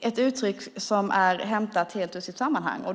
ett uttalande som är hämtat helt ur sitt sammanhang.